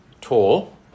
tall